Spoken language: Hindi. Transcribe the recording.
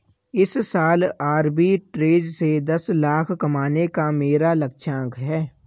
इस साल आरबी ट्रेज़ से दस लाख कमाने का मेरा लक्ष्यांक है